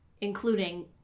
Including